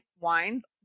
Wines